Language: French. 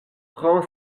prend